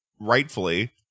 rightfully